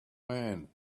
man